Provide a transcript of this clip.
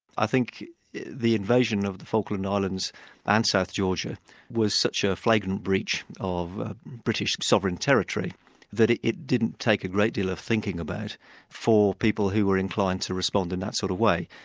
i think the invasion of the falkland islands and south georgia was such a flagrant breach of british sovereign territory that it it didn't take a great deal of thinking about for people who were inclined to respond in that sort of way.